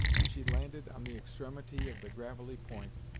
and she landed on the extremity of the gravelly point,